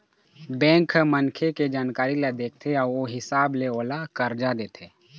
bank ह मनखे के जानकारी ल देखथे अउ ओ हिसाब ले ओला करजा देथे